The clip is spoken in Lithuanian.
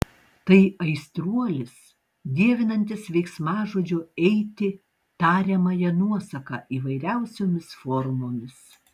tai aistruolis dievinantis veiksmažodžio eiti tariamąją nuosaką įvairiausiomis formomis